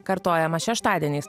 kartojama šeštadieniais